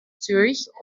zürich